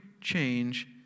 change